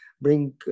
bring